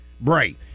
Bray